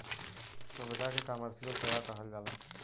सुविधा के कमर्सिअल सेवा कहल जाला